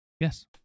Yes